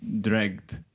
dragged